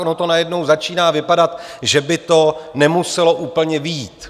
Ono to najednou začíná vypadat, že by to nemuselo úplně vyjít.